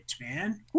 man